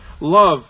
Love